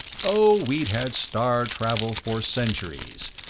oh, we'd had star-travel for centuries,